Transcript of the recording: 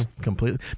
completely